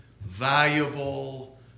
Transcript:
valuable